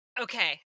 Okay